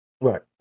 Right